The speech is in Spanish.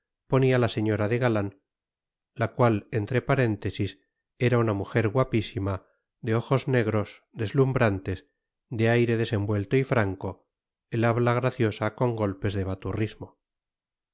ponía la señora de galán la cual entre paréntesis era una mujer guapísima de ojos negros deslumbrantes de aire desenvuelto y franco el habla graciosa con golpes de baturrismo